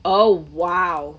oh !wow!